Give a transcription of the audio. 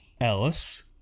Alice